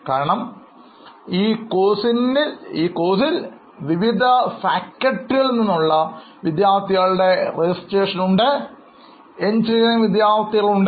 കാരണം ഈ കോഴ്സിനെ വിവിധ ഫാക്കൽറ്റികൾ നിന്നുള്ള വിദ്യാർത്ഥികളുടെ രജിസ്ട്രേഷൻ ഉണ്ട് എഞ്ചിനീയറിംഗ് വിദ്യാർത്ഥികൾ ഉണ്ട്